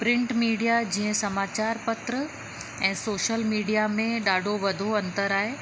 print media जीअं समाचार पत्र ऐं सोशल मीडिया में ॾाढो वॾो अंतर आहे